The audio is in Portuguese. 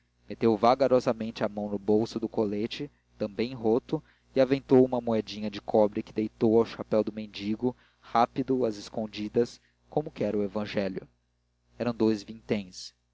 meteu vagarosamente a mão no bolso do colete também roto e aventou uma moedinha de cobre que deitou ao chapéu do mendigo rápido às escondidas como quer o evangelho eram dous vinténs